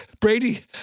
Brady